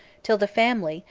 till the family,